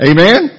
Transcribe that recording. Amen